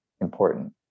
important